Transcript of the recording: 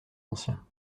anciens